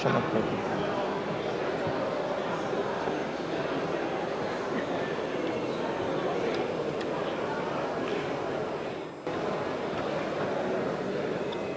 grazie